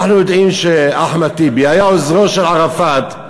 אנחנו יודעים שאחמד טיבי היה עוזרו של ערפאת,